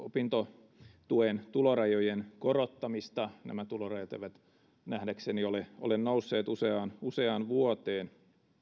opintotuen tulorajojen korottamista nämä tulorajat eivät nähdäkseni ole ole nousseet useaan useaan vuoteen